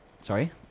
Sorry